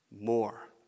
more